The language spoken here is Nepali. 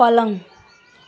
पलङ